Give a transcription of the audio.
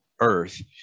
Earth